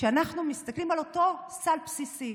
כשאנחנו מסתכלים על אותו סל בסיסי,